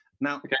Now